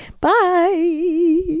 Bye